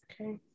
Okay